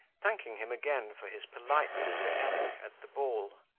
thanking him again for his politeness to emy at the ball,